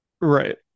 Right